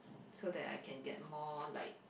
so that I can get more like